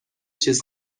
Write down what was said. چیز